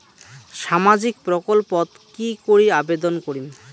সামাজিক প্রকল্পত কি করি আবেদন করিম?